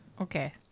Okay